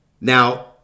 Now